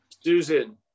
Susan